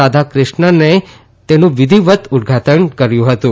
રાધાકૃષ્ણને તેનું વિધિવત ઉદઘાટન કર્યુ હતું